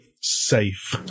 safe